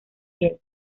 piel